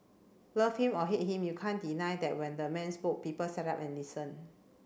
love him or hate him you can't deny that when the man spoke people sat up and listened